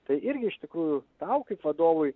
tai irgi iš tikrųjų tau kaip vadovui